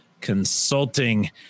Consulting